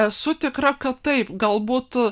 esu tikra kad taip galbūt